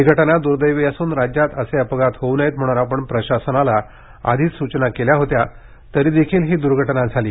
ही घटना द्र्दैवी असून राज्यात असे अपघात होऊ नयेत म्हणून आपण प्रशासनाला आधीच सूचना केल्या होत्या तरीदेखील ही दुर्घटना झाली